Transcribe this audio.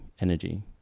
energy